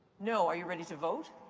no. are you ready to vote?